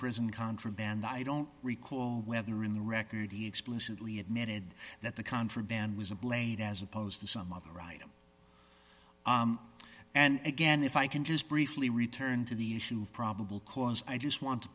prison contraband i don't recall whether in the record he explicitly admitted that the contraband was a blade as opposed to some other item and again if i can just briefly return to the issue of probable cause i just want to